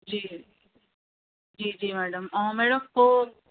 जी जी जी मैडम ऐं मैडम उहो